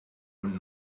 und